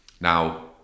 Now